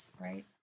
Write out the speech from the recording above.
Right